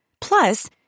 Plus